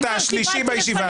אתה השלישי בישיבה הזאת.